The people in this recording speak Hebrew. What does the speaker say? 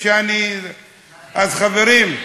אז, חברים,